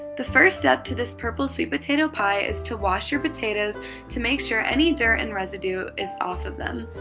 the first step to this purple sweet potato pie is to wash your potatoes to make sure any dirt and residue is off of them.